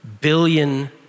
billion